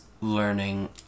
learning